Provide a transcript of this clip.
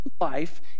life